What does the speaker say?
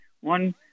one